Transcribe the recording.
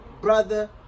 brother